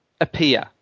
appear